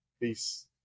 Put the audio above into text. Peace